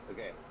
Okay